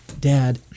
Dad